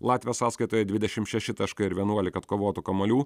latvio sąskaitoje dvidešimt šeši taškai ir vienuolika atkovotų kamuolių